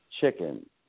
chicken